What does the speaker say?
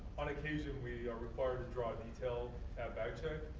on occasion we are required to draw a detail at back check.